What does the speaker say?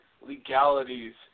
legalities